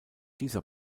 dieser